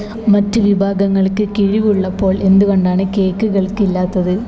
മറ്റ് വിഭാഗങ്ങൾക്ക് കിഴിവ് ഉള്ളപ്പോൾ എന്തുകൊണ്ടാണ് കേക്കുകൾക്ക് ഇല്ലാത്തത്